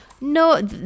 No